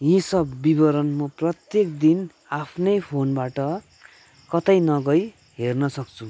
यी सब विवरण म प्रत्येक दिन आफ्नै फोनबाट कतै नगई हेर्न सक्छु